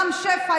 רם שפע,